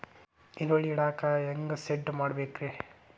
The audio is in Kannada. ಈರುಳ್ಳಿ ಇಡಾಕ ಹ್ಯಾಂಗ ಶೆಡ್ ಮಾಡಬೇಕ್ರೇ?